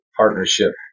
partnership